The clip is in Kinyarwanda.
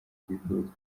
twifuza